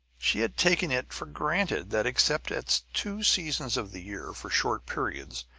she had taken it for granted that, except at two seasons of the year, for short periods,